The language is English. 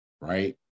Right